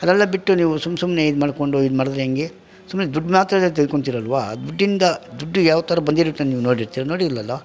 ಅದೆಲ್ಲ ಬಿಟ್ಟು ನೀವು ಸುಮ್ಮ ಸುಮ್ಮನೆ ಇದು ಮಾಡಿಕೊಂಡು ಇದು ಮಾಡಿದ್ರೆ ಹೆಂಗೆ ಸುಮ್ಮನೆ ದುಡ್ಡು ಮಾತ್ರನೇ ತೆಗ್ದ್ಕೊಂತೀರಲ್ವ ದುಡ್ಡಿಂದ ದುಡ್ಡು ಯಾವ ಥರ ಬಂದಿರುತ್ತೆ ನೀವು ನೋಡಿರ್ತೀರಾ ನೋಡಿಲ್ಲಲ್ಲಾ